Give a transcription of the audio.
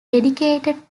dedicated